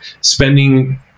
spending